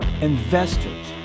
investors